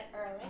early